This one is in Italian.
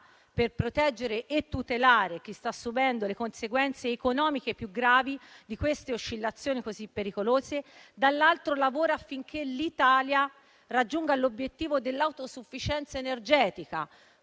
per proteggere e tutelare chi sta subendo le conseguenze economiche più gravi di queste oscillazioni così pericolose, dall'altro lavora affinché l'Italia raggiunga l'obiettivo dell'autosufficienza energetica,